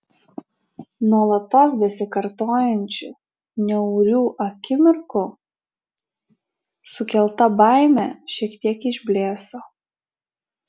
nuolatos besikartojančių niaurių akimirkų sukelta baimė šiek tiek išblėso